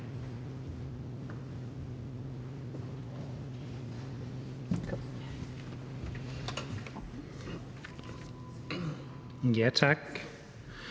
Tak